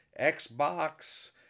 Xbox